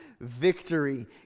victory